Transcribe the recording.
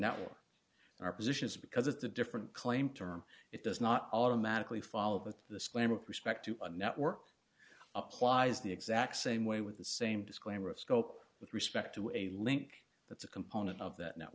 network our positions because it's a different claim term it does not automatically follow with the slam of respect to a network applies the exact same way with the same disclaimer of scope with respect to a link that's a component of that now